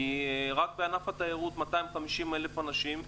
כי רק בענף התיירות 250,000 אנשים,